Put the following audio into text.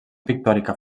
pictòrica